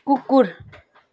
कुकुर